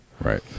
right